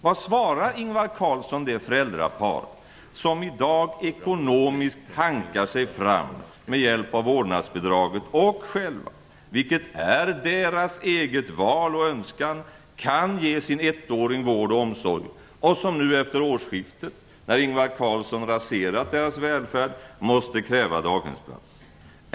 Vad svarar Ingvar Carlsson det föräldrapar som i dag ekonomiskt hankar sig fram med hjälp av vårdnadsbidraget och själva, vilket är deras eget val och önskan, kan ge sin ettåring vård och omsorg och som nu efter årsskiftet - när Ingvar Carlsson raserat deras välfärd - måste kräva daghemsplats?